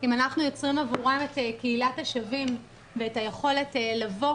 אם אנחנו יוצרים עבורם את קהילת השווים ואת היכולת לבוא